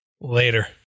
Later